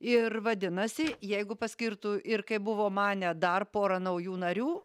ir vadinasi jeigu paskirtų ir kaip buvo manę dar porą naujų narių